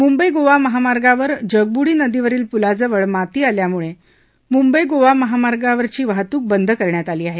मुंबई गोवा महामार्गावर जगब्डी नदीवरील पुलाजवळ माती आल्यामुळे मुंबई गोवा महामार्गावरची वाहतूक बंद करण्यात आली आहे